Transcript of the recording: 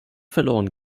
verloren